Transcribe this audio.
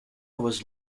was